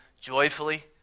joyfully